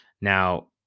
Now